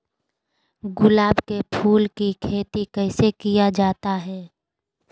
गुलाब के फूल की खेत कैसे किया जाता है?